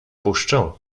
puszczę